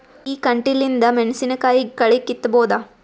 ಈ ಕಂಟಿಲಿಂದ ಮೆಣಸಿನಕಾಯಿ ಕಳಿ ಕಿತ್ತಬೋದ?